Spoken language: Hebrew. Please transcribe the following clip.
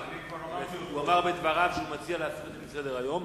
אמר בדבריו שהוא מציע להסיר מסדר-היום.